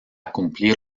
cumplir